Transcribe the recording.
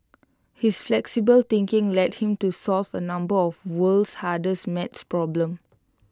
his flexible thinking led him to solve A number of world's hardest math problems